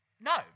No